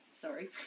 Sorry